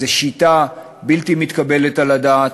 זו שיטה בלתי מתקבלת על הדעת,